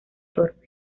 torpe